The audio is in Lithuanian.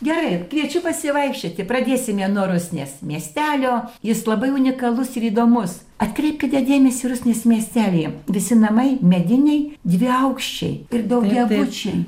gerai kviečiu pasivaikščioti pradėsime nuo rusnės miestelio jis labai unikalus ir įdomus atkreipkite dėmesį rusnės miestelyje visi namai mediniai dviaukščiai ir daugiabučiai